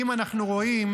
אם אנחנו רואים